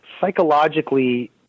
psychologically